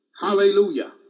Hallelujah